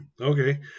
okay